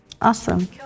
Awesome